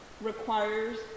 requires